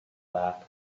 back